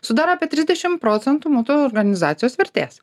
sudaro apie trisdešimt procentų nuo to organizacijos vertės